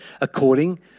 according